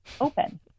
open